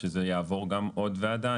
שזה יעבור עוד ועדה.